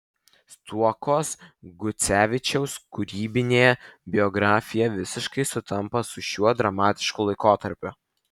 stuokos gucevičiaus kūrybinė biografija visiškai sutampa su šiuo dramatišku laikotarpiu